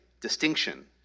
distinction